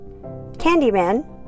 Candyman